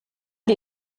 die